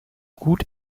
gut